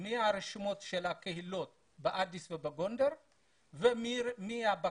מהרשימות של הקהילות באדיס ובגונדר ומהבקשות